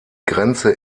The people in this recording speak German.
grenze